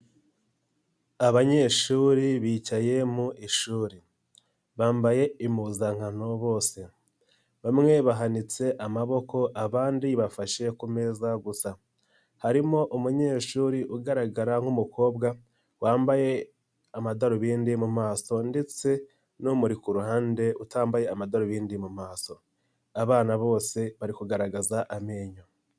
Abanyeshuri bicaye mu ishuri bambaye impuzankano bose bamwe bahanitse amaboko abandi bafashe ku meza gusa harimo umunyeshuri ugaragara nk'umukobwa wambaye amadarubindi mu maso ndetse n'umuri kuhande utambaye amadarubindi mu maso abana bose bari kugaragaza amenyo.